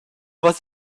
was